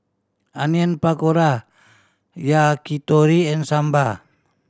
Onion Pakora Yakitori and Sambar